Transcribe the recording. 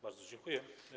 Bardzo dziękuję.